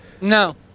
No